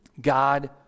God